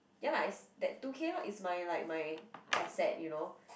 ya lah it's that two-K lor it's my like my asset you know